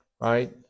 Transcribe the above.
Right